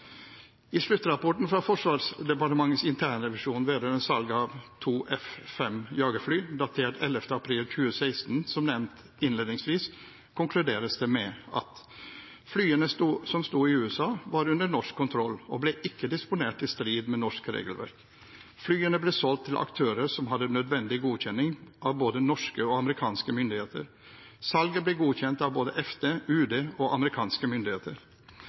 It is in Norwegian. I sluttrapporten fra Forsvarsdepartementets internrevisjon vedrørende salg av to F-5 jagerfly datert 11. april 2016, som nevnt innledningsvis, konkluderes det med: Flyene som sto i USA, var under norsk kontroll og ble ikke disponert i strid med norsk regelverk. Flyene ble solgt til aktører som hadde nødvendig godkjenning av både norske og amerikanske myndigheter. Salget ble godkjent av både Forsvarsdepartementet, Utenriksdepartementet og amerikanske myndigheter.